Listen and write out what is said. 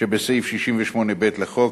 שבסעיף 68(ב) לחוק,